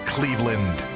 Cleveland